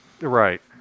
Right